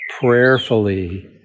prayerfully